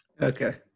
Okay